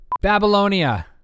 Babylonia